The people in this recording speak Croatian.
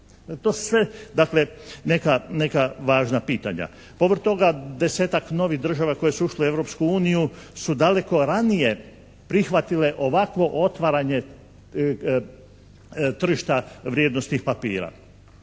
To su sve dakle neka važna pitanja. Povrh toga desetak novih država koje su ušle u Europsku uniju su daleko ranije prihvatile ovakvo otvaranje tržišta vrijednosnih papira.